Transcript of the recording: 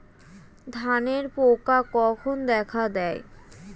ধানের পোকা কখন দেখা দেয়?